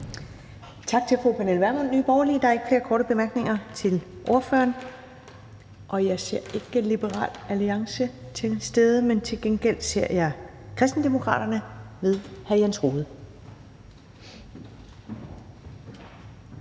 Tak til fru Pernille Vermund, Nye Borgerlige. Der er ikke flere korte bemærkninger til ordføreren. Jeg ser ikke Liberal Alliance være til stede, men til gengæld ser jeg Kristendemokraterne ved hr. Jens Rohde.